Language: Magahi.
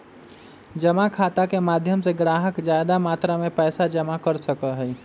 जमा खाता के माध्यम से ग्राहक ज्यादा मात्रा में पैसा जमा कर सका हई